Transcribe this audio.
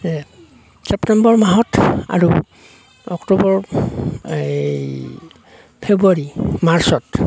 যে ছেপ্টেম্বৰ মাহত আৰু অক্টোবৰ এই ফেব্ৰুৱাৰী মাৰ্চত